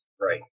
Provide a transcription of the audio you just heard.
Right